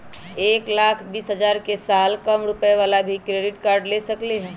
एक लाख बीस हजार के साल कम रुपयावाला भी क्रेडिट कार्ड ले सकली ह?